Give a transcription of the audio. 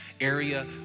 area